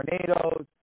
tornadoes